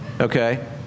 okay